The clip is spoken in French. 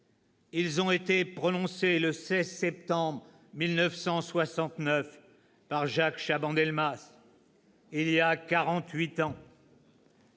ils ont été prononcés le 16 septembre 1969 par Jacques Chaban-Delmas, il y a